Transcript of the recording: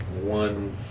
one